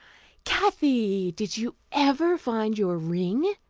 kathy, did you ever find your ring?